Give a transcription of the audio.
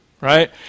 right